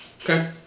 Okay